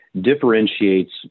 differentiates